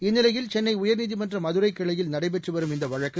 இந்நிலையில் சென்னை உயர்நீதிமன்ற மதுரைக் கிளையில் நடைபெற்று வரும் இந்த வழக்கு